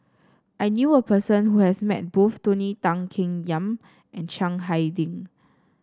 I knew a person who has met both Tony Tan Keng Yam and Chiang Hai Ding